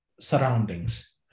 surroundings